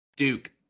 Duke